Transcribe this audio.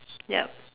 yup